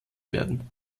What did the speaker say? werden